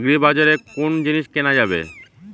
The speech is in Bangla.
আগ্রিবাজারে কোন জিনিস কেনা যাবে?